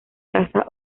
casa